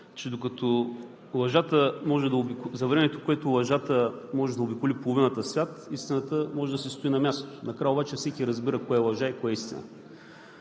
че за времето, което лъжата може да обиколи половината свят, истината може да си стои на мястото. Накрая обаче всеки разбира кое е лъжа и кое – истина.